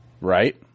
right